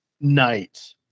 night